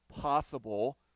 possible